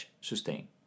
sustain